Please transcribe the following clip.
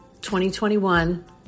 2021